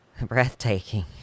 breathtaking